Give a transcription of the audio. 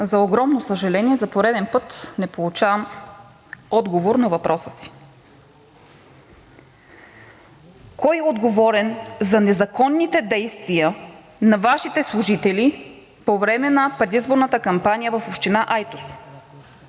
за огромно съжаление, за пореден път не получавам отговор на въпроса си. Кой е отговорен за незаконните действия на Вашите служители по време на предизборната кампания в община Айтос?